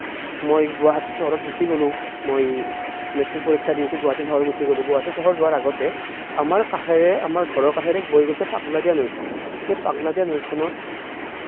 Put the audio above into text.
মই গুৱাহাটী চহৰত গুচি গ'লোঁ মই মেট্ৰিক পৰীক্ষা দি উঠি গুৱাহাটী চহৰ গুচি গ'লোঁ গুৱাহাটী চহৰ যোৱাৰ আগতে আমাৰ কাষেৰে আমাৰ ঘৰৰ কাষেৰে বৈ গৈছে পাগলাদিয়া নৈখন সেই পাগলাদিয়া নৈখনত